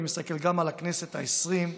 אני מסתכל גם על הכנסת העשרים,